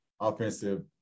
offensive